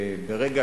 וברגע